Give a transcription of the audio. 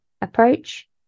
approach